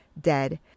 dead